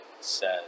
says